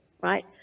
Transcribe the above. right